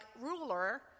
ruler